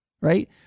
right